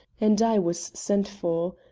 and i was sent for.